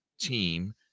team